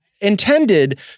intended